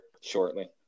shortly